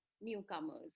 newcomers